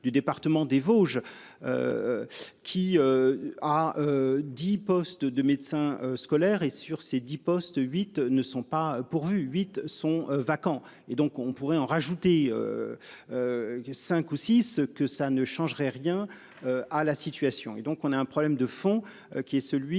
du département des Vosges. Qui. A. 10 postes de médecins scolaires et sur ces 10 postes, huit ne sont pas pourvus, huit sont vacants, et donc on pourrait en rajouter. Cinq ou six que ça ne changerait rien à la situation et donc on a un problème de fond qui est celui.